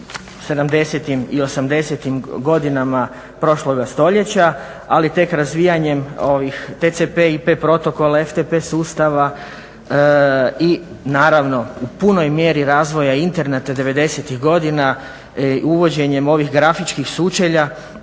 '80.-tim godinama prošloga stoljeća ali tek razvijanjem TCP, IP protokola, FTP sustava i naravno u punoj mjeri razvoja interneta '90.-tih godina, uvođenjem ovih grafičkih sučelja